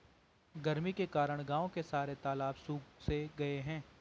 गर्मी के कारण गांव के सारे तालाब सुख से गए हैं